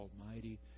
Almighty